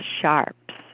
sharps